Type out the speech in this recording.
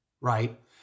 Right